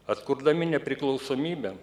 atkurdami nepriklausomybę